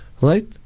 Right